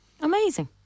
Amazing